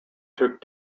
took